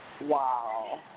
Wow